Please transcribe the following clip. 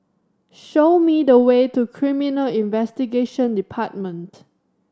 show me the way to Criminal Investigation Department